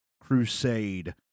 crusade